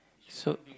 so